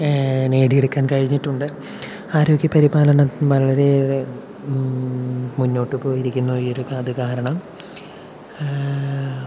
നേടിയെടുക്കാൻ കഴിഞ്ഞിട്ടുണ്ട് ആരോഗ്യപരിപാലനം വളരെ മുന്നോട്ടു പോയിരിക്കുന്നു ഈ ഒരു അത് കാരണം